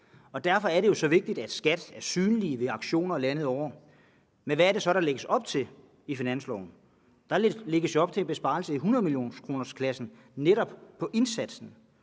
Derfor er det så vigtigt, at SKAT er synlige ved aktioner landet over. Men hvad er det så, der lægges op til i finansloven? Der lægges op til en besparelse i 100-millionerkronersklassen på netop indsatsen,